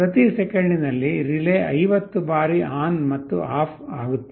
ಪ್ರತಿ ಸೆಕೆಂಡಿನಲ್ಲಿ ರಿಲೇ 50 ಬಾರಿ ಆನ್ ಮತ್ತು ಆಫ್ ಆಗುತ್ತಿದೆ